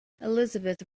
elizabeth